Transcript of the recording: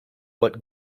what